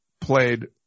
played